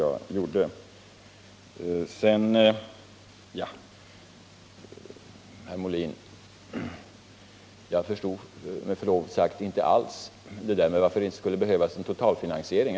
Jag förstod med förlov sagt, Björn Molin, inte alls varför det skulle behövas en totalfinansiering.